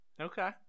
Okay